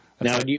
Now